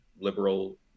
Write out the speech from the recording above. liberal